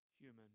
human